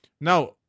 Now